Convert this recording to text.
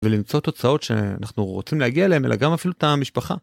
ולמצוא תוצאות שאנחנו רוצים להגיע אליהם אלא גם אפילו את המשפחה.